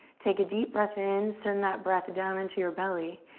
take a deep breath in. send that breath down into your belly.